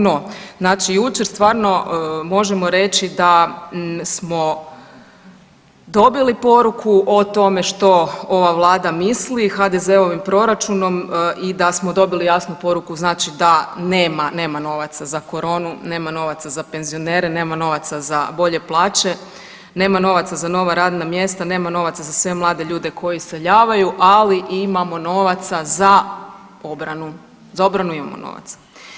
No, jučer stvarno možemo reći da smo dobili poruku o tome što ova Vlada misli HDZ-ovim proračunom i da smo dobili jasnu poruku da nema, nema novaca za koronu, nema novaca za penzionere, nema novaca za bolje plaće, nema novaca za nova radna mjesta, nema novaca za sve mlade ljude koji iseljavaju, ali imamo novaca za obranu, za obranu imamo novaca.